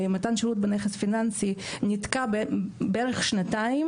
מתן שירות בנכס פיננסי נתקע בערך שנתיים